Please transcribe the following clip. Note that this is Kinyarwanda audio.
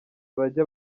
bajya